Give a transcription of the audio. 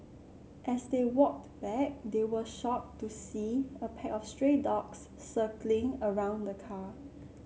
as they walked back they were shocked to see a pack of stray dogs circling around the car